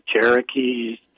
Cherokees